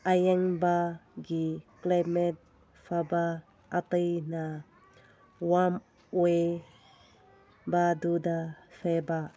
ꯑꯌꯦꯡꯕꯒꯤ climate ꯐꯕ ꯑꯇꯩꯅ ꯋꯥꯝ ꯑꯣꯏꯕꯗꯨꯗ ꯐꯕ